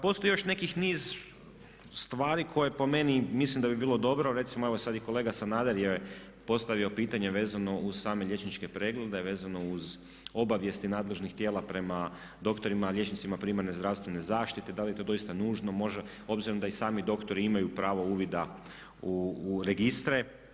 Postoji još neki niz stvari koje po meni mislim da bi bilo dobro, recimo evo sada i kolega Sanader je postavio pitanje vezano uz same liječničke preglede, vezano uz obavijesti nadležnih tijela prema doktorima, liječnicima primarne zdravstvene zaštite, da li je to doista nužno obzirom da i sami doktori imaju pravo uvida u registre.